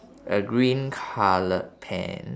a green coloured pants